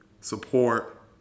support